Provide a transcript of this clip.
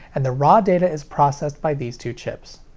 and the raw data is processed by these two chips.